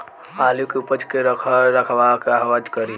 आलू के उपज के रख रखाव कहवा करी?